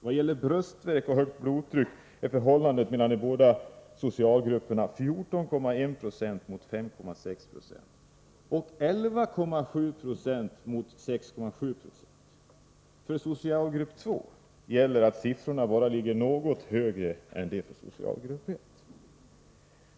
Vad gäller bröstvärk och högt blodtryck är förhållandet mellan de båda socialgrupperna 14,1 96 mot 5,6 26 och 11,7 I mot 6,7 90. För socialgrupp 2 gäller att siffrorna bara ligger något högre än dem för socialgrupp 1.